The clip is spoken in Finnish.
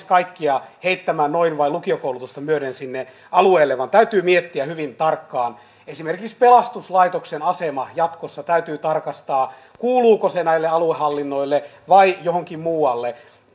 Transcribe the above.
kaikkia heittämään noin vain lukiokoulutusta myöden sinne alueelle vaan täytyy miettiä hyvin tarkkaan esimerkiksi pelastuslaitoksen asema jatkossa täytyy tarkastaa kuuluuko se näille aluehallinnoille vai johonkin muualle